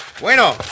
Bueno